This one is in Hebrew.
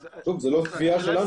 שוב, זאת לא קביעה שלנו.